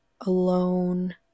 alone